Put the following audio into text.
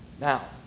Now